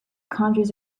countries